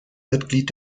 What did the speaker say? mitglied